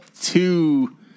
two